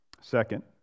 Second